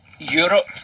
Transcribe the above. Europe